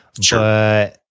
Sure